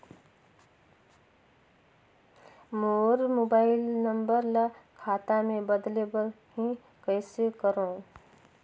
मोर mobile number ल खाता मे बदले बर हे कइसे करव?